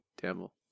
devil